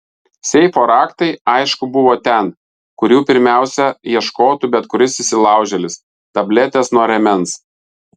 seifo raktai aišku buvo ten kur jų pirmiausia ieškotų bet kuris įsilaužėlis tabletės nuo rėmens